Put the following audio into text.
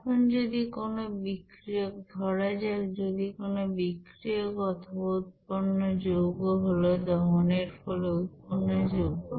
এখন যদি কোন বিক্রিয়ক ধরা যাক যদি কোনো বিক্রিয়ক অথবা উৎপন্ন যৌগ হলো দহনের ফলে উৎপন্ন যৌগ